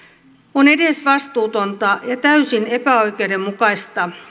on edesvastuutonta ja täysin epäoikeudenmukaista